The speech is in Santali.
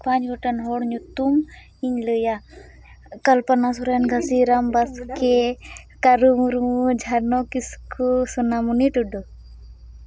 ᱯᱟᱸᱪ ᱜᱚᱴᱮᱱ ᱦᱚᱲ ᱧᱩᱛᱩᱢ ᱤᱧ ᱞᱟᱹᱭᱟ ᱠᱟᱞᱯᱚᱱᱟ ᱥᱚᱨᱮᱱ ᱜᱷᱟᱸᱥᱤᱨᱟᱢ ᱵᱟᱥᱠᱮ ᱠᱟᱹᱨᱩ ᱢᱩᱨᱢᱩ ᱡᱷᱟᱱᱚ ᱠᱤᱥᱠᱩ ᱥᱚᱱᱟᱢᱚᱱᱤ ᱴᱩᱰᱩ